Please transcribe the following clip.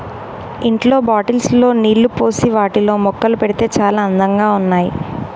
ఇంట్లో బాటిల్స్ లో నీళ్లు పోసి వాటిలో మొక్కలు పెడితే చాల అందంగా ఉన్నాయి